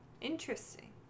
Interesting